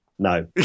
No